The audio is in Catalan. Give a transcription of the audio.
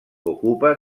ocupa